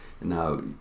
Now